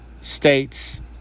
states